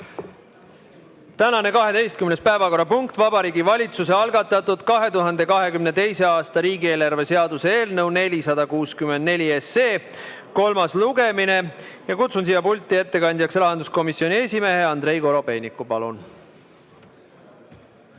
Tänane 12. päevakorrapunkt on Vabariigi Valitsuse algatatud 2022. aasta riigieelarve seaduse eelnõu 464 kolmas lugemine. Kutsun pulti ettekandjaks rahanduskomisjoni esimehe Andrei Korobeiniku. Palun!